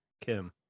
Kim